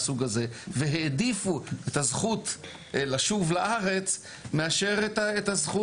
מעדיפים לתת את הזכות לשוב לארץ מאשר לא לתת